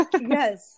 Yes